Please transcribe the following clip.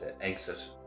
exit